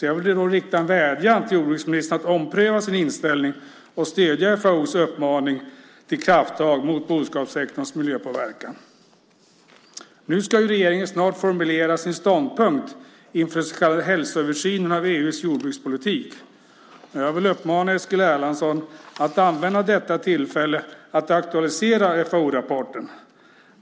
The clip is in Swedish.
Jag vill rikta en vädjan till jordbruksministern att ompröva sin inställning och stödja FAO:s uppmaning till krafttag mot boskapssektorns miljöpåverkan. Regeringen ska snart formulera sin ståndpunkt inför den så kallade hälsoöversynen av EU:s jordbrukspolitik. Jag vill uppmana Eskil Erlandsson att använda detta tillfälle till att aktualisera FAO-rapporten.